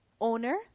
owner